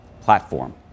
platform